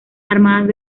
armadas